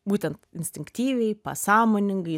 būtent instinktyviai pasąmoningai